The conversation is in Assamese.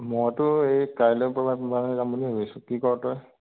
মইতো এই কাইলৈ পৰহিলৈ মানে যাম বুলি ভাবি আছোঁ কি ক তই